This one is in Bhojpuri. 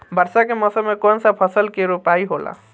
वर्षा के मौसम में कौन सा फसल के रोपाई होला?